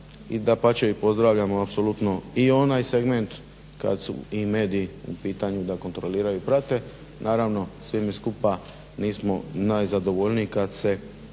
i dapače i pozdravljamo apsolutno i onaj segment kad su i mediji u pitanju da kontroliraju i prate, naravno svi mi skupa nismo najzadovoljniji kad se